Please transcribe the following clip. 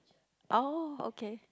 oh okay